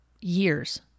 years